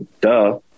duh